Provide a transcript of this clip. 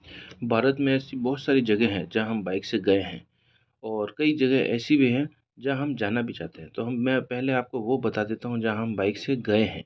भारत में ऐसी बहुत सारी जगह हैं जहाँ हम बाइक से गए हैं और कई जगह ऐसी भी हैं जहाँ हम जाना भी चाहते हैं तो हम मैं पहले आपको वह बता देता हूँ जहाँ हम बाइक से गए हैं